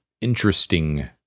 interesting